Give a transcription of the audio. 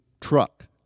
truck